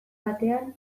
batean